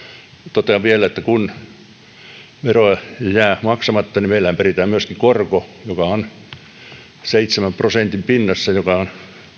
totean vielä että kun veroja jää maksamatta niin meillähän peritään myöskin korko joka on seitsemän prosentin pinnassa joka on